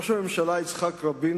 ראש הממשלה יצחק רבין,